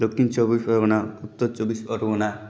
Dakshin Chabbis Pargana Uttar Chabbis Pargana